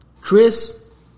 Chris